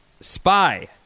Spy